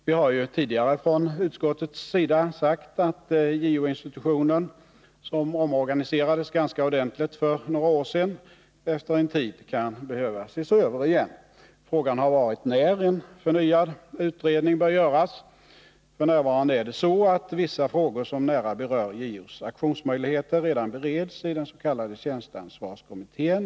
Vi har tidigare från utskottets sida sagt att JO-institutionen, som omorganiserades ganska ordentligt för några år sedan, efter en tid kan behöva ses över igen. Frågan har varit när en förnyad utredning bör göras. F.n. är det så att vissa frågor som nära berör JO:s aktionsmöjligheter redan bereds i den s.k. tjänsteansvarskommittén.